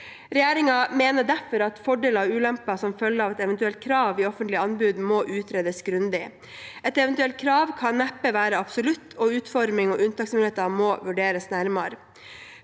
Regjeringen mener derfor at fordeler og ulemper som følger av et eventuelt krav i offentlige anbud, må utredes grundig. Et eventuelt krav kan neppe være absolutt, og utforming og unntaksmuligheter må vurderes nærmere.